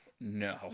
No